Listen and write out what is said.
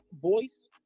voice